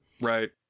Right